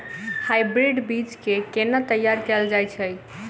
Hybrid बीज केँ केना तैयार कैल जाय छै?